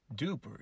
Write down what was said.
duper